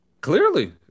Clearly